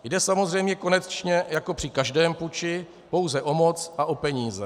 Jde samozřejmě, konečně jako při každém puči, pouze o moc a o peníze.